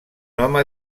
home